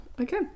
Okay